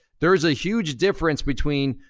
there is a huge difference between,